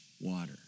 water